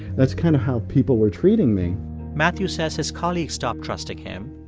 that's kind of how people were treating me matthew says his colleagues stopped trusting him,